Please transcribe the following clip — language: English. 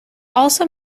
also